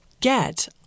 get